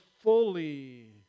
fully